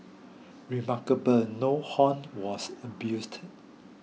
remarkable no horn was abused